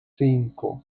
cinco